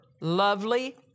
lovely